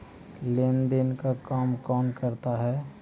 लेन देन का काम कौन करता है?